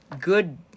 good